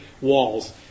walls